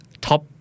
top